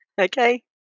Okay